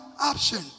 option